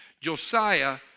Josiah